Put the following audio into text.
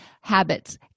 habits